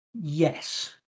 Yes